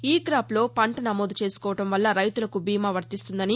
ఈ క్రాప్లో పంట నమోదు చేసుకోవడం వల్ల రైతులకు బీమా వర్తిస్తుందని